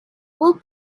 we’ll